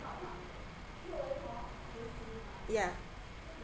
yeah